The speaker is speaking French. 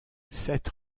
seth